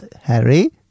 Harry